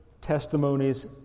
testimonies